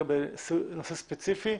כשנגיע לנושאים האלה ספציפי,